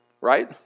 right